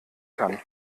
kann